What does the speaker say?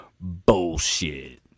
bullshit